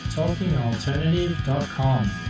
talkingalternative.com